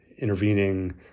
intervening